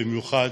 במיוחד